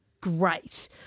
great